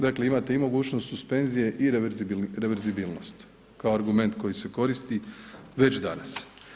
Dakle imate mogućnost i suspenzije i reverzibilnost kao argument koji se koristi već danas.